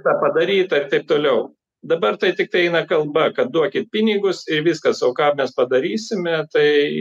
tą padaryt ir taip toliau dabar tai tiktai eina kalba kad duokit pinigus ir viskas o ką mes padarysime tai